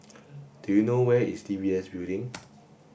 do you know where is D B S Building